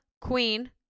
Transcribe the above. queen